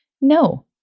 No